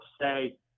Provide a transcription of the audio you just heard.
say